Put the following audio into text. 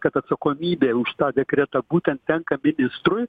kad atsakomybė už tą dekretą būtent tenka ministrui